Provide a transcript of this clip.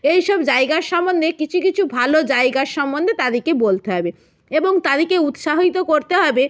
এইসব জায়গার সম্বন্ধে কিছু কিছু ভালো জায়গার সম্বন্ধে তাদেরকে বলতে হবে এবং তাদেরকে উৎসাহিত করতে হবে